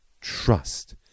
trust